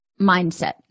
mindset